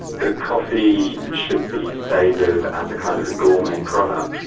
the coffee should be savoured as a kind of a gourmet product.